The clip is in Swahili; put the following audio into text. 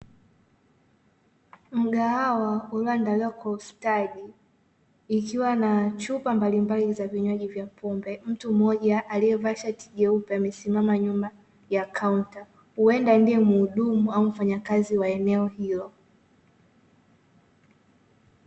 Mgahawa ulioandaliwa kwa ustadi, ikiwa na chupa mbalimbali za vinywaji vya pombe. Mtu mmoja aliyevaa shati jeupe amesimama nyuma ya kaunta. Huenda ndiye mhudumu au mfanyakazi wa eneo hilo.